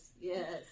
yes